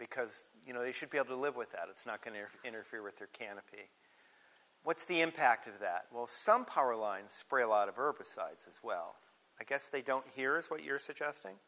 because you know they should be able to live with that it's not going to interfere with their canopy what's the impact of that will some powerlines spray a lot of herbicides as well i guess they don't here's what you're suggesting